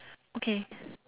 okay